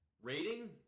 Rating